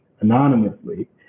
anonymously